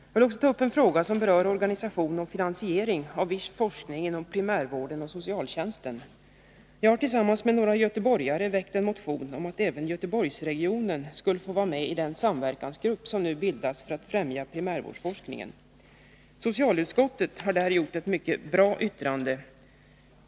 Jag vill också ta upp en fråga som berör organisation och finansiering av viss forskning inom primärvården och socialtjänsten. Jag har tillsammans med några göteborgare väckt en motion om att även Göteborgsregionen skulle få vara med i den samverkansgrupp som nu bildas för att främja primärvårdsforskningen. Socialutskottet har här utarbetat ett mycket bra yttrande.